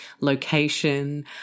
location